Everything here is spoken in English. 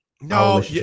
no